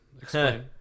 explain